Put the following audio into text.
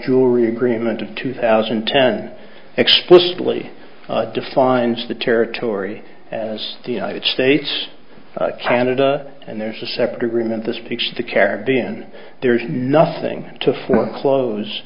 jewelry agreement of two thousand and ten explicitly defines the territory as the united states canada and there's a separate agreement this fixed the caribbean there's nothing to foreclose